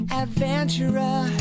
adventurer